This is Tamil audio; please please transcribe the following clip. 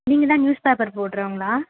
நீங்கள் தான் நியூஸ் பேப்பர் போடுறவங்களா